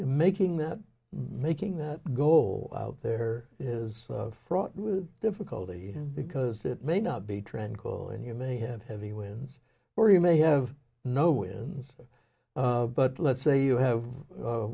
making that making that goal out there is fraught with difficulty and because it may not be tranquil and you may have heavy wins or you may have no wins but let's say you have